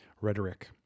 rhetoric